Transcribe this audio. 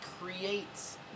creates